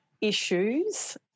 issues